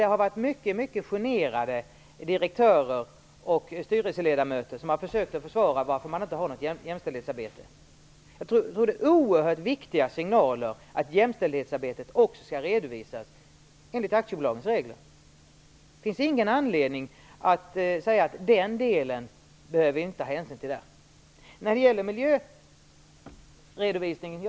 Det har varit mycket generade direktörer och styrelseledamöter som har försökt att försvara varför man inte har något jämställdhetsarbete. Jag tror att det är oerhört viktiga signaler att jämställdhetsarbetet också skall redovisas enligt aktiebolagens regler. Det finns ingen anledning att säga att man inte behöver ta hänsyn till den delen.